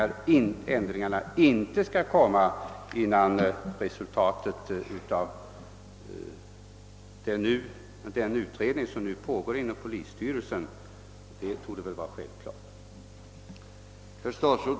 Att dessa ändringar inte skall företas innan resultatet av den utredning som pågår inom rikspolisstyrelsen har framlagts, torde vara självklart.